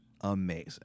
amazing